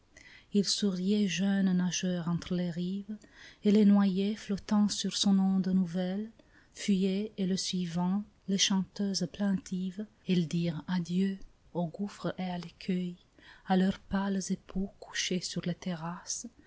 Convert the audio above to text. il souriait jeune nageur entre les rives et les noyés flottant sur son onde nouvelle fuyaient en le suivant les chanteuses plaintives elles dirent adieu au gouffre et à l'écueil à leurs pâles époux couchés sur les terrasses